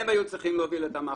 הם היו צריכים להוביל את המהלך.